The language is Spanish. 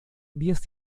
diez